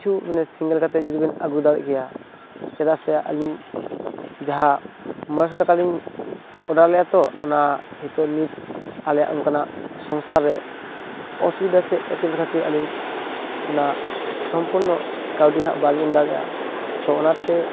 ᱠᱤᱪᱷᱩ ᱢᱟᱱᱮ ᱥᱤᱝᱜᱮᱞ ᱠᱟᱛᱮ ᱡᱩᱫᱤ ᱵᱮᱱ ᱟᱹᱜᱩ ᱫᱟᱲᱮᱜ ᱠᱮᱭᱟ ᱪᱮᱫᱟᱜ ᱥᱮ ᱟᱞᱤᱝ ᱡᱟᱦᱟᱸ ᱢᱚᱬᱮᱥᱚ ᱴᱟᱠᱟᱞᱤᱝ ᱚᱰᱟᱨ ᱞᱮᱜᱼᱟ ᱛᱚ ᱚᱱᱟ ᱦᱤᱛᱚᱜ ᱱᱤᱛ ᱟᱞᱮᱭᱟᱜ ᱚᱝᱠᱟᱱᱟᱜ ᱥᱚᱝᱥᱟᱨ ᱨᱮ ᱚᱥᱵᱤᱫᱟ ᱥᱮ ᱮᱴᱠᱮᱴᱚᱬᱮ ᱠᱷᱟᱹᱛᱤᱨ ᱟᱞᱤᱝ ᱚᱱᱟ ᱥᱚᱢᱯᱩᱨᱱᱚ ᱠᱟᱹᱣᱰᱤ ᱦᱟᱸᱜ ᱵᱟᱞᱤᱝ ᱮᱢ ᱫᱟᱲᱮᱭᱟᱜᱼᱟ ᱛᱚ ᱚᱱᱟᱛᱮ